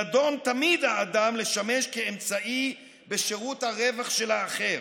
נידון תמיד האדם לשמש כאמצעי בשירות הרווח של האחר.